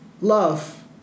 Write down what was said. love